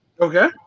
Okay